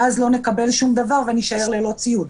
ואז לא נקבל שום דבר ונישאר ללא ציוד.